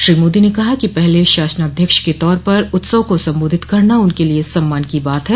श्रो मोदी ने कहा कि पहले शासनाध्यक्ष के तौर पर उत्सव को संबोधित करना उनके लिए सम्मान की बात है